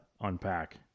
unpack